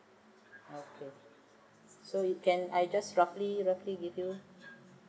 okay so you can I just roughly roughly give you